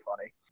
funny